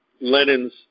Lenin's